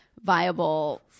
viable